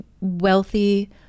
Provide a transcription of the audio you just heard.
wealthy